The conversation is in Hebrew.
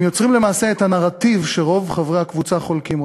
הם יוצרים למעשה את הנרטיב שרוב חברי הקבוצה חולקים.